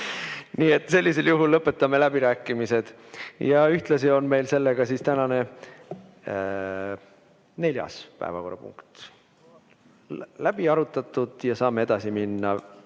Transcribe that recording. Nii et sellisel juhul lõpetame läbirääkimised ja ühtlasi on meil siis tänane neljas päevakorrapunkt läbi arutatud. Saame edasi minna